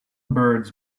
birds